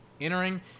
Entering